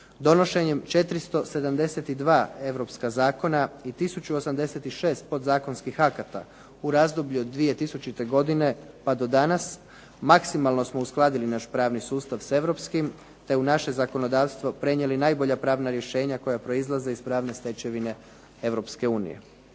Donošenjem 472 europska zakona i tisuću 86 podzakonskih akata u razdoblju od 2000. godine pa do danas maksimalno smo uskladili naš pravni sustav s europskim te u naše zakonodavstvo prenijeli najbolja pravna rješenja koja proizlaze iz pravne stečevine Europske unije.